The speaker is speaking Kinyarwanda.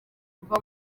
kuva